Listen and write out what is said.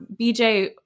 BJ